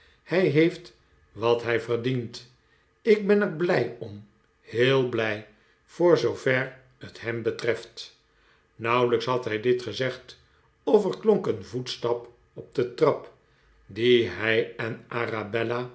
hij heeft wat hij verdient ik ben er blij om heel blij voor zoover het hem betreft nauwelijks had hij dit gezegd of er klonk een voetstap op de trap dien hij en